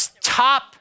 top